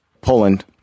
Poland